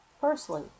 Firstly